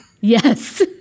Yes